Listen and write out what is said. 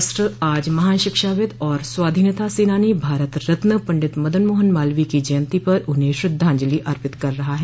राष्ट्र आज महान शिक्षाविद और स्वाधीनता सेनानी भारत रत्न पंडित मदन मोहन मालवीय की जयंती पर उन्हें श्रद्धांजलि अर्पित कर रहा है